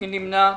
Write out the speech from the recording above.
מי נמנע?